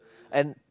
and